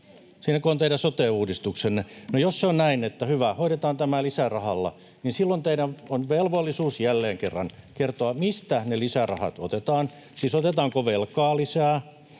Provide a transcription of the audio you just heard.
siinäkö on teidän sote-uudistuksenne? No jos se on näin, että hyvä, hoidetaan tämä lisärahalla, niin silloin teillä on velvollisuus jälleen kerran kertoa, mistä ne lisärahat otetaan. Siis otetaanko velkaa lisää